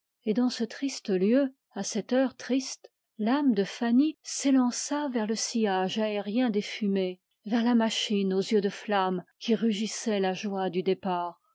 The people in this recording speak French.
et dans ce triste lieu à cette heure triste l'âme de fanny s'élança vers le sillage aérien des fumées vers la machine aux yeux de flamme qui rugissait la joie du départ